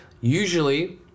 Usually